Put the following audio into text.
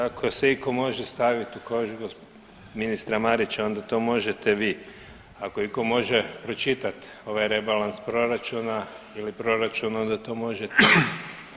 Ako se iko može staviti u kožu ministra Marića onda to možete vi, ako iko može pročitat ovaj rebalans proračuna ili proračuna onda to možete vi.